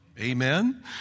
Amen